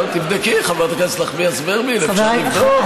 תבדקי, חברת הכנסת נחמיאס ורבין, אפשר לבדוק.